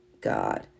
God